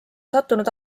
sattunud